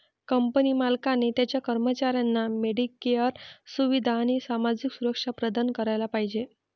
company मालकाने त्याच्या कर्मचाऱ्यांना मेडिकेअर सुविधा आणि सामाजिक सुरक्षा प्रदान करायला पाहिजे